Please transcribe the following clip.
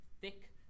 Thick